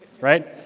right